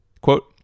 quote